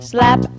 Slap